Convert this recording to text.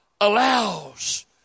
allows